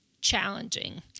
challenging